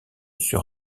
sur